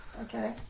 Okay